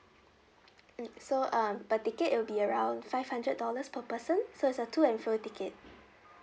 mm so um per ticket it will be around five hundred dollars per person so it's a to and fro ticket